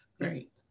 Great